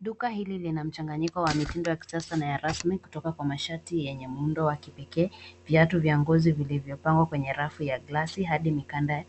Duka hili lina mchanganyiko wa mitindo ya kisasa na ya rasmi kutokana na masharti yenye muundo wa kipekee, viatu vya ngozi vilivyopangwa kwenye rafu ya ngazi hadi kwenye mikanda